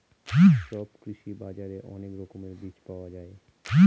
সব কৃষি বাজারে অনেক রকমের বীজ পাওয়া যায়